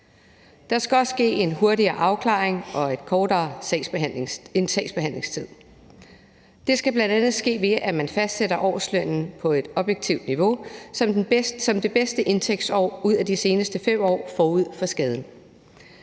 Der skal også ske en hurtigere afklaring, og sagsbehandlingstiden skal være kortere. Det skal bl.a. ske, ved at man fastsætter årslønnen på et objektivt grundlag ud fra det bedste indtægtsår ud af de seneste 5 år forud for skaden.